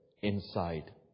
inside